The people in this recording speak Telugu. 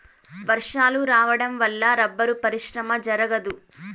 వర్షాలు రావడం వల్ల రబ్బరు పరిశ్రమ జరగదు